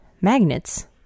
Magnets